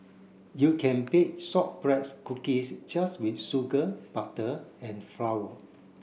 you can bake shortbread cookies just with sugar butter and flour